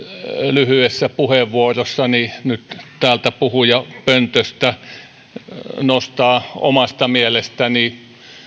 lyhyessä puheenvuorossani täältä puhujapöntöstä nyt nostaa omasta mielestäni